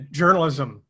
journalism